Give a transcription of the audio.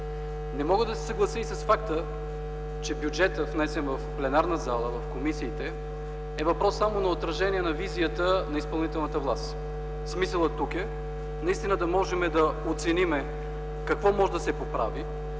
Не мога да се съглася и с факта, че бюджетът, внесен в пленарната зала и в комисиите е въпрос само на отражение на визията на изпълнителната власт. Смисълът тук е наистина да можем да оценим какво може да се поправи,